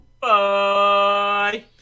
Bye